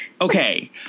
Okay